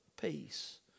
peace